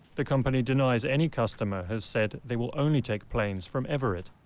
the company denies any customer has said they will only take planes from everett.